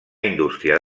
indústria